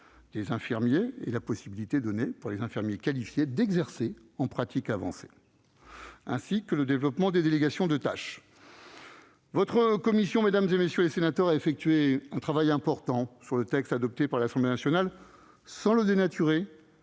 des infirmiers et de la possibilité donnée, pour les infirmiers qualifiés, d'exercer en pratique avancée, ainsi que du développement des délégations de tâche. Votre commission, mesdames, messieurs les sénateurs, a effectué un travail important sur le texte adopté par l'Assemblée nationale, sans le dénaturer